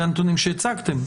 אלה הנתונים שהצגתם.